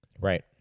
Right